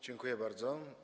Dziękuję bardzo.